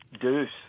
Deuce